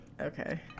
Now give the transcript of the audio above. okay